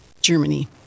Germany